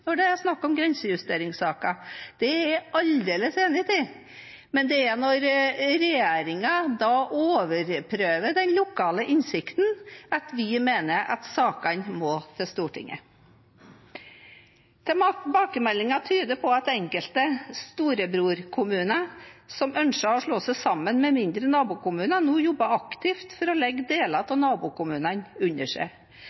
når det er snakk om grensejusteringssaker. Det er jeg aldeles enig i. Men det er når regjeringen overprøver den lokale innsikten, at vi mener at sakene må til Stortinget. Tilbakemeldinger tyder på at enkelte «storebror-kommuner» som ønsker å slå seg sammen med mindre nabokommuner, nå jobber aktivt for å legge deler av